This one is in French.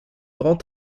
grands